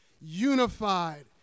unified